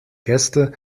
gäste